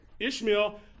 Ishmael